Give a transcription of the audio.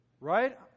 right